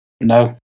No